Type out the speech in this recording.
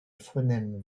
phonèmes